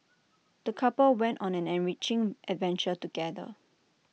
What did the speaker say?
the couple went on an enriching adventure together